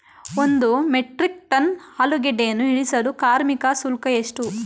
ಒಂದು metric ton ಆಲೂಗೆಡ್ಡೆಯನ್ನು ಇಳಿಸಲು ಕಾರ್ಮಿಕ ಶುಲ್ಕ ಎಷ್ಟು?